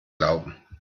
glauben